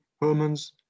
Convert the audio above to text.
Herman's